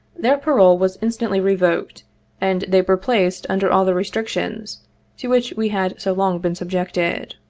their parole was instantly revoked and they were placed under all the restrictions to which we had so long been subjected.